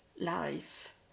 life